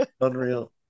unreal